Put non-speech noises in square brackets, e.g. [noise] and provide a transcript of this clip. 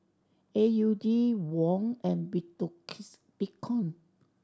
A U D Won and [unintelligible] Bitcoin